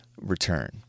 return